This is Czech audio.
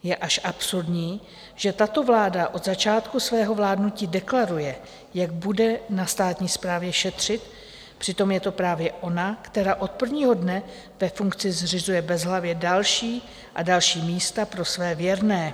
Je až absurdní, že tato vláda od začátku svého vládnutí deklaruje, jak bude na státní správě šetřit, přitom je to právě ona, která od prvního dne ve funkci zřizuje bezhlavě další a další místa pro své věrné.